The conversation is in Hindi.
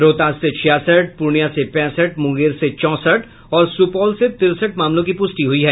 रोहतास से छियासठ पूर्णिया से पैंसठ मुंगेर से चौंसठ और सुपौल से तिरसठ मामलों की पुष्टि हुई है